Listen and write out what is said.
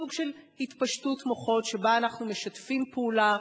סוג של התפשטות מוחות שבה אנחנו משתפים פעולה.